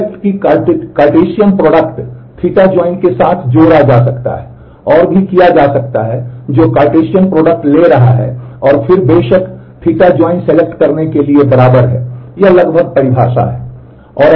select करने के लिए बराबर है यह लगभग परिभाषा है